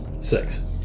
Six